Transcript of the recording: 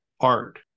art